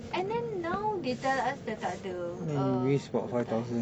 and then now they tell us dah tak ada uh two time